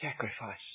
sacrifice